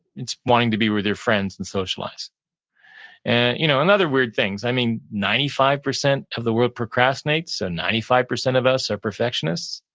it's wanting to be with their friends and socialize and you know another weird thing, i mean, ninety five percent of the world procrastinate, so ninety five percent of us are perfectionists?